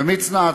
ומצנע,